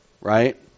right